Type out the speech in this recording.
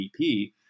GDP